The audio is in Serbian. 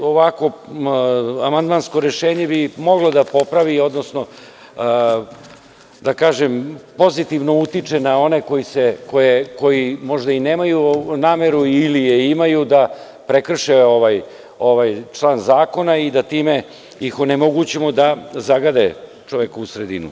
Ovakvo amandmansko rešenje bi moglo da popravi, odnosno da kažem pozitivno utiče na one koji možda i nemaju nameru ili je imaju da prekrše ovaj član zakona i da time ih onemogućimo da zagade čovekovu sredinu.